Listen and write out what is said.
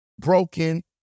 broken